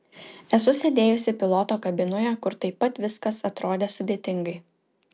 esu sėdėjusi piloto kabinoje kur taip pat viskas atrodė sudėtingai